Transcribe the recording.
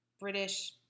British